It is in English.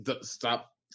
stop